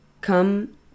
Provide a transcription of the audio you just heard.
come